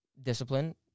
discipline